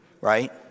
right